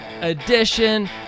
Edition